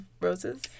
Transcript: roses